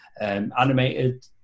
animated